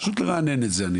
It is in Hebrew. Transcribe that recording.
פשוט לרענן גם מול מד"א.